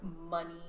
money